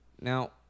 Now